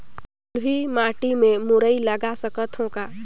बलुही माटी मे मुरई लगा सकथव का?